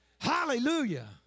Hallelujah